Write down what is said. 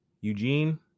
Eugene